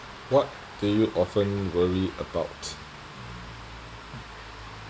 what do you often worry about